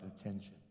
attention